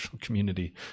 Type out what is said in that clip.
community